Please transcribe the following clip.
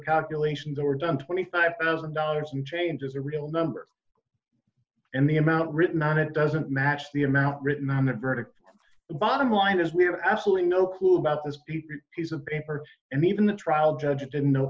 calculation that were done twenty five thousand dollars and change is a real number and the amount written on it doesn't match the amount written on the verdict the bottom line is we have absolutely no clue about this big piece of paper and even the trial judge didn't know